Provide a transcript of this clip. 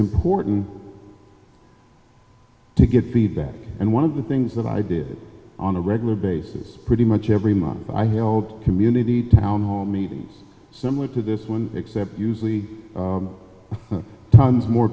important to get to that and one of the things that i do on a regular basis pretty much every month i held community town hall meetings similar to this one except usually tons more